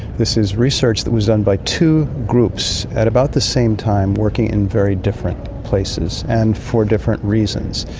this is research that was done by two groups at about the same time, working in very different places and for different reasons.